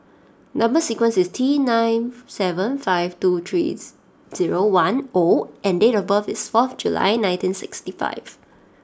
Number sequence is T nine seven five two three zero one O and date of birth is fourth July nineteen sixty five